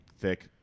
thick